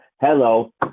hello